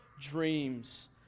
dreams